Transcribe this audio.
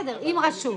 אם רשום.